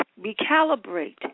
recalibrate